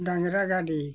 ᱰᱟᱝᱨᱟ ᱜᱟᱹᱰᱤ